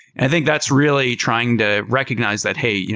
i think that's really trying to recognize that, hey,